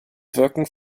wirken